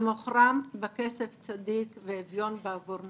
על מוכרם בכסף צדיק ואביון בעבור נעליים.